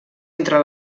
entre